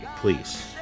Please